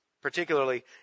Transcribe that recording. Particularly